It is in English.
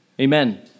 Amen